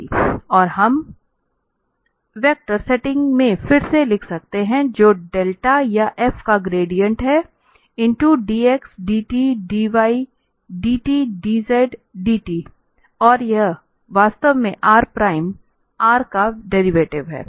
और अब यह हम वेक्टर सेटिंग में फिर से लिख सकते हैं जो डेल्टा या f का ग्रेडिएंट है into dx dt dy dt dz dt और यह वास्तव में R प्राइम R का डेरिवेटिव है